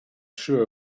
sure